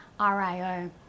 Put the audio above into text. RIO